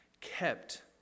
kept